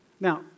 Now